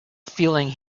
feeling